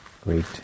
great